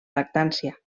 lactància